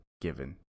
given